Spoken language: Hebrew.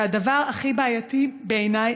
והדבר הכי בעייתי בעיני,